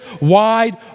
wide